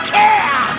care